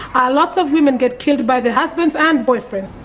ah lot of women get killed by their husbands and boyfriends.